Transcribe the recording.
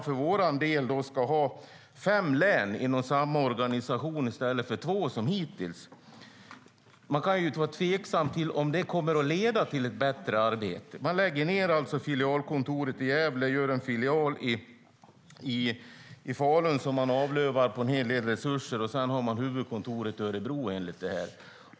För vår del ska det bli fem län inom samma organisation i stället för två som hittills. Det är tveksamt om det kommer att leda till ett bättre arbete. Man lägger alltså ned filialkontoret i Gävle, gör en filial i Falun som man avlövar en hel del resurser, och sedan har man huvudkontoret i Örebro.